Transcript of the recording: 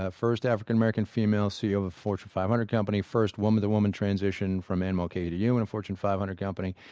ah first african-american female ceo of a fortune five hundred company, first woman-to-woman transition from anne mulcahy to you on and fortune five hundred company,